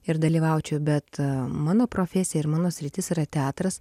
ir dalyvaučiau bet mano profesija ir mano sritis yra teatras